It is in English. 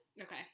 Okay